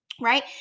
Right